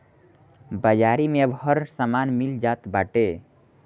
बाजारी में अब हर समान मिल जात बाटे